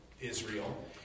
Israel